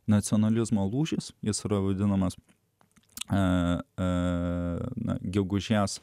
nacionalizmo lūžis jis vadinamas a gegužės